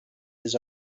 his